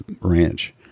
ranch